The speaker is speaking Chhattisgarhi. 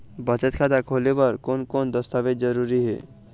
बचत खाता खोले बर कोन कोन दस्तावेज जरूरी हे?